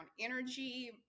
Energy